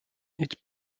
its